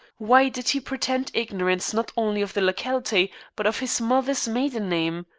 why did he pretend ignorance not only of the locality but of his mother's maiden name?